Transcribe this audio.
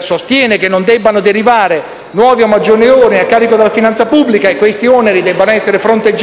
sostiene che non debbano derivare nuovi o maggiori oneri a carico della finanza pubblica e che questi oneri debbano essere fronteggiati